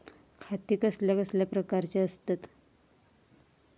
खाते कसल्या कसल्या प्रकारची असतत?